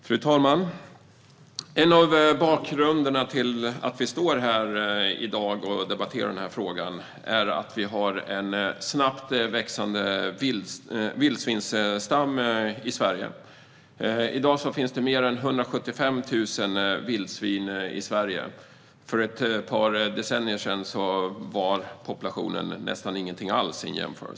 Fru talman! En bakgrund till att vi i dag debatterar frågan är att det finns en snabbt växande vildsvinsstam i Sverige. I dag finns mer än 175 000 vildsvin i Sverige. För ett par decennier sedan var populationen nästan ingen alls.